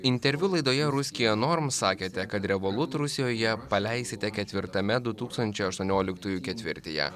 interviu laidoje ruskije norm sakėte kad revolut rusijoje paleisite ketvirtame du tūkstančiai aštuonioliktųjų ketvirtyje